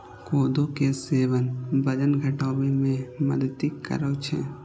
कोदो के सेवन वजन घटाबै मे मदति करै छै